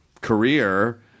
career –